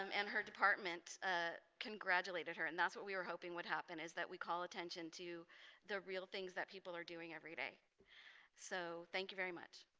um and her department ah congratulated her and that's what we were hoping would happen is that we call attention to the real things that people are doing every day so thank you very much